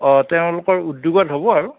অঁ তেওঁলোকৰ উদ্যোগত হ'ব আৰু